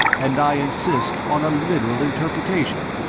and i insist on a literal interpretation.